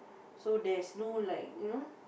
so there's no like you know